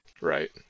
Right